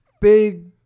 Big